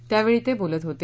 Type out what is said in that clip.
त्यावेळी ते बोलत होते